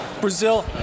Brazil